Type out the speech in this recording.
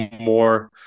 more